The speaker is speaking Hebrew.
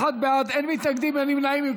בעד, אין מתנגדים, אין נמנעים.